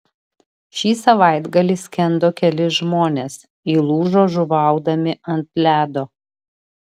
šį savaitgalį skendo keli žmonės įlūžo žuvaudami ant ledo